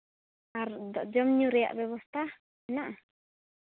ᱟᱨ ᱡᱚᱢ ᱧᱩ ᱨᱮᱭᱟᱜ ᱵᱮᱵᱚᱥᱛᱷᱟ ᱦᱮᱱᱟᱜᱼᱟ